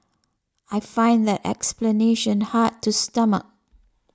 I find that explanation hard to stomach